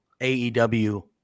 AEW